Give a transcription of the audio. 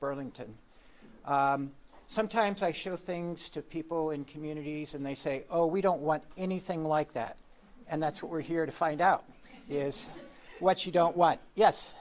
burlington sometimes i show things to people in communities and they say oh we don't want anything like that and that's what we're here to find out is what you don't want yes